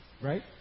Right